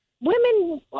Women